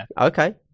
okay